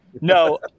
No